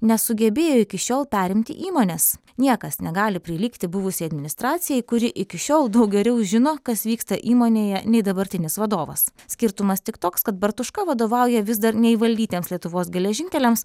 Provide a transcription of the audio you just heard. nesugebėjo iki šiol perimti įmonės niekas negali prilygti buvusiai administracijai kuri iki šiol daug geriau žino kas vyksta įmonėje nei dabartinis vadovas skirtumas tik toks kad bartuška vadovauja vis dar neįvaldytiems lietuvos geležinkeliams